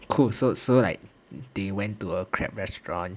cool so so like they went to a crab restaurant